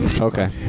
Okay